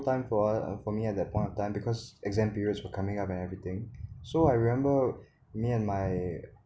time for uh for me at that point of time because exam periods were coming up and everything so I remember me and my